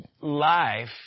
life